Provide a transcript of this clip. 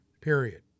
Period